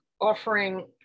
offering